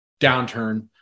downturn